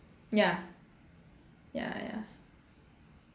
ya ya ya